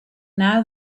now